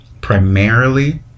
primarily